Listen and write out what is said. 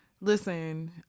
Listen